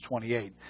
28